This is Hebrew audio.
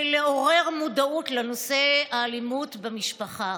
לעורר מודעות לנושא האלימות במשפחה.